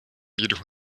jedoch